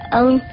own